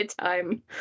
time